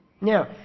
Now